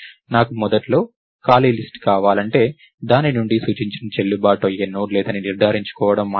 నాకు మొదట్లో ఖాళీ లిస్ట్ కావాలంటే దాని నుండి సూచించిన చెల్లుబాటు అయ్యే నోడ్ లేదని నిర్ధారించుకోవడం మాత్రమే